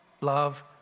Love